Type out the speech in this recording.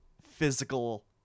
physical